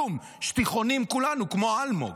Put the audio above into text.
כלום, שטיחונים כולנו, כמו אלמוג.